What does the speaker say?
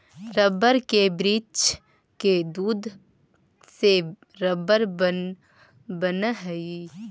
rubber के वृक्ष के दूध से रबर बनऽ हई